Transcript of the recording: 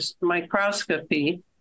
microscopy